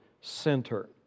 center